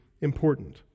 important